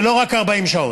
ולא רק 40 שעות,